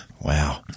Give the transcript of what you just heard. Wow